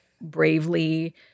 bravely